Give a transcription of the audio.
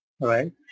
right